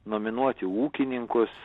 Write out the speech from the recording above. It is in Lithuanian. nominuoti ūkininkus